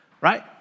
right